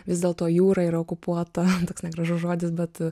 vis dėlto jūra yra okupuota toks negražus žodis bet